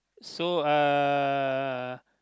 so uh